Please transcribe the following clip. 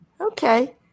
Okay